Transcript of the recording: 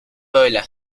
böyle